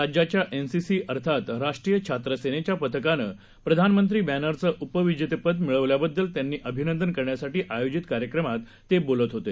राज्याच्याएनसीसी अर्थातराष्ट्रीयछात्रसेनेच्यापथकानंप्रधानमंत्रीबॅनरचेउपविजेतेपदमिळवल्याबद्दलत्यांचंअभिनंदनकरण्यासाठीआयोजितकार्यक्रमाततेबोलतहोते